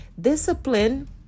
Discipline